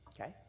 okay